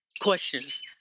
questions